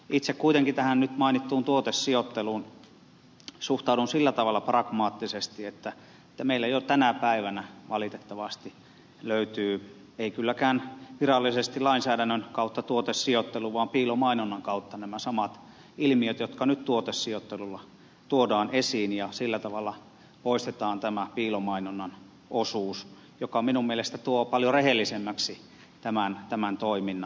itse kuitenkin tähän nyt mainittuun tuotesijoitteluun suhtaudun sillä tavalla pragmaattisesti että meillä jo tänä päivänä valitettavasti löytyy ei kylläkään virallisesti lainsäädännön kautta tuotesijoittelun vaan piilomainonnan kautta nämä samat ilmiöt jotka nyt tuotesijoittelulla tuodaan esiin ja sillä tavalla poistetaan tämä piilomainonnan osuus joka minun mielestäni tuo paljon rehellisemmäksi tämän toiminnan